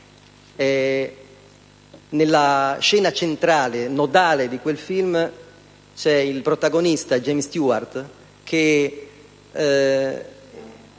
Nella scena centrale, nodale, di quel film, il protagonista, James Stewart, si